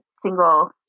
single